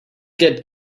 get